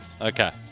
Okay